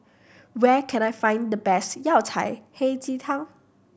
where can I find the best Yao Cai Hei Ji Tang